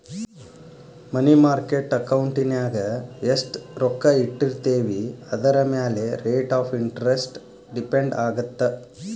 ಮನಿ market ಅಕೌಂಟಿನ್ಯಾಗ ಎಷ್ಟ್ ರೊಕ್ಕ ಇಟ್ಟಿರ್ತೇವಿ ಅದರಮ್ಯಾಲೆ ರೇಟ್ ಆಫ್ ಇಂಟರೆಸ್ಟ್ ಡಿಪೆಂಡ್ ಆಗತ್ತ